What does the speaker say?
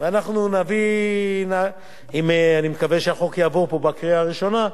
אני מקווה שהחוק יעבור פה בקריאה ראשונה,